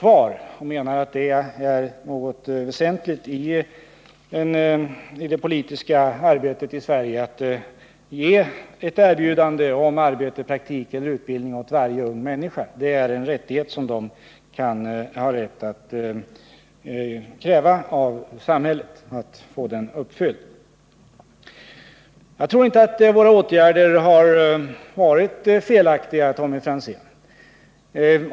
Vi menar att det är något Om ungdomsarväsentligt i det politiska arbetet i Sverige att ge ett erbjudande om arbete, — petslösheten praktik eller utbildning åt varje ung människa. Det är en rättighet som hon skall kunna kräva av samhället att få uppfylld. Jag tror inte att våra åtgärder har varit felaktiga.